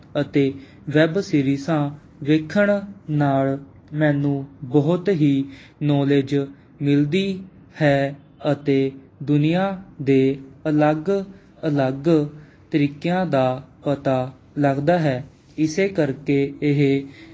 ਅਤੇ ਵੈੱਬ ਸੀਰੀਸਾਂ ਵੇਖਣ ਨਾਲ਼ ਮੈਨੂੰ ਬਹੁਤ ਹੀ ਨੌਲੇਜ ਮਿਲਦੀ ਹੈ ਅਤੇ ਦੁਨੀਆਂ ਦੇ ਅਲੱਗ ਅਲੱਗ ਤਰੀਕਿਆਂ ਦਾ ਪਤਾ ਲੱਗਦਾ ਹੈ ਇਸੇ ਕਰਕੇ ਇਹ